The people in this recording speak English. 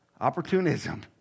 opportunism